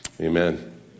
amen